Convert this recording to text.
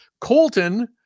Colton